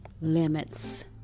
limits